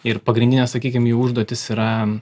ir pagrindinė sakykim jų užduotis yra